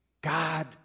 God